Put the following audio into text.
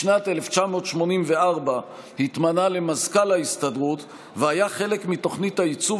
בשנת 1984 התמנה למזכ"ל ההסתדרות והיה חלק מתוכנית העיצוב